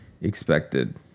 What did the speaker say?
expected